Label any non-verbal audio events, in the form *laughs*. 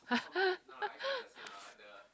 *laughs*